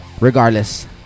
regardless